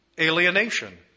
alienation